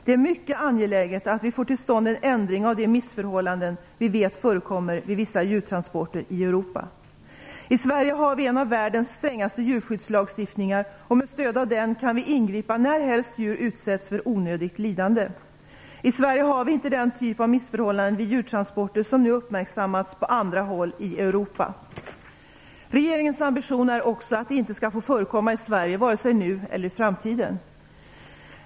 Det är mycket angeläget att vi får till stånd en ändring av de missförhållanden vi vet förekommer vid vissa djurtransporter i Europa. I Sverige har vi en av världens strängaste djurskyddslagstiftningar och med stöd av den kan vi ingripa närhelst djur utsätts för onödigt lidande. I Sverige har vi inte den typ av missförhållanden vid djurtransporter som nu uppmärksammats på andra håll i Europa. Regeringens ambition är också att det inte skall få förekomma i Sverige vare sig nu eller i framtiden.